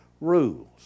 rules